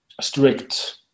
strict